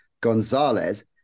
Gonzalez